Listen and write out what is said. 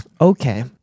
Okay